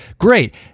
Great